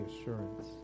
assurance